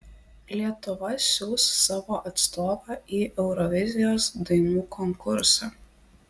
lietuva siųs savo atstovą į eurovizijos dainų konkursą